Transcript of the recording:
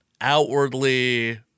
outwardly